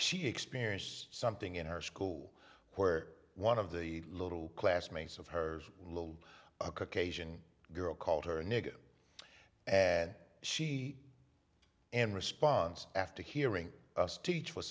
she experienced something in our school where one of the little classmates of her little occasion girl called her a nigger and she and response after hearing us teach